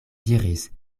diris